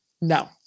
No